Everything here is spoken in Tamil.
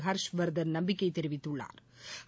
ஹாஷ்வா்தன் நம்பிக்கை தெரிவித்துள்ளாா்